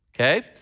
Okay